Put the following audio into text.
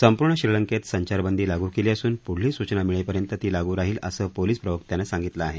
संपूर्ण श्रीलंकेत संचारबंदी लागू केली असून पुढली सूचना मिळेपर्यंत ती लागू राहील असं पोलीस प्रवक्त्यानं सांगितलं आहे